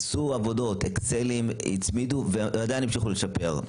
עשו עבודות, אקסלים, הצמידו ועדיין המשיכו לשפר.